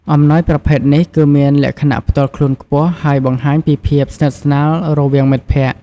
អំណោយប្រភេទនេះគឺមានលក្ខណៈផ្ទាល់ខ្លួនខ្ពស់ ហើយបង្ហាញពីភាពស្និទ្ធស្នាលរវាងមិត្តភក្តិ។